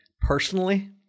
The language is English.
Personally